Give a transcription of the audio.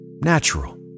Natural